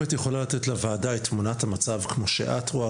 האם את יכולה לתת לוועדה את תמונת המצב כמו שאת רואה